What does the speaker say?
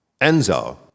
Enzo